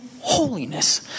holiness